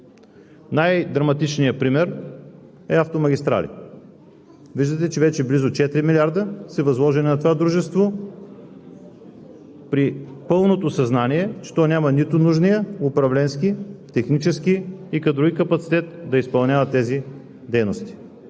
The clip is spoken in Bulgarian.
Най-драматичният пример са автомагистралите. Виждате, че близо 4 милиарда са възложени на това дружество, при пълното съзнание, че няма нужния управленски, технически и кадрови капацитет да изпълнява тези дейности,